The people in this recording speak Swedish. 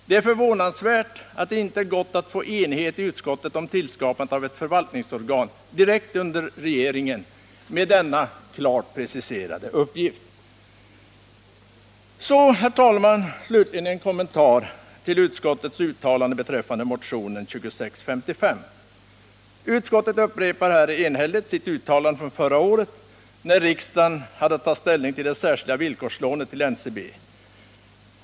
Det är förvånansvärt att det inte har gått att få enighet i utskottet om skapandet av ett förvaltningsorgan direkt under regeringen, med denna klart preciserade uppgift. Herr talman! Slutligen en kommentar till utskottets uttalande beträffande motionen 1978/79:2655. Utskottet upprepar enhälligt sitt uttalande från förra året när riksdagen hade att ta ställning till det särskilda villkorslånet till NCB.